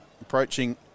approaching